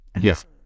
Yes